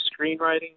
screenwriting